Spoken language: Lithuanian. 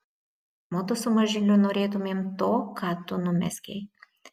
mudu su mažyliu norėtumėm to ką tu numezgei